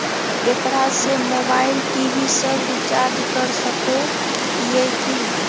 एकरा से mobile TV सब रिचार्ज कर सको हियै की?